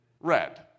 red